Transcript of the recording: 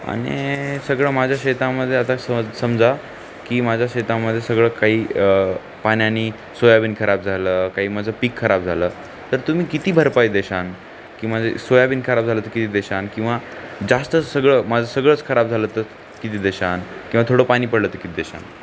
आणि सगळं माझ्या शेतामध्ये आता समज समजा की माझ्या शेतामध्ये सगळं काही पाण्यानी सोयाबीन खराब झालं काही माझं पिक खराब झालं तर तुम्ही किती भरपाई देशान की माझे सोयाबीन खराब झालं तरं किती देशान किंवा जास्त सगळं माझं सगळंच खराब झालं तर किती देशान किंवा थोडं पाणी पडलं तरं किती देशान